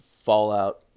fallout